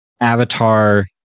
avatar